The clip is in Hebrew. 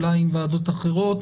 ואולי עם ועדות אחרות.